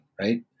right